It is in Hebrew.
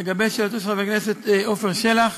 לגבי שאלתו של חבר הכנסת עפר שלח,